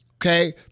okay